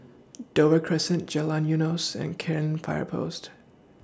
Dover Crescent Jalan Eunos and Cairn Fire Post